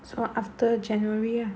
so after january ah